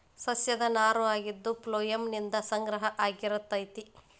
ಸಸ್ಯದ ನಾರು ಆಗಿದ್ದು ಪ್ಲೋಯಮ್ ನಿಂದ ಸಂಗ್ರಹ ಆಗಿರತತಿ